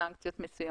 סנקציות מסוימות.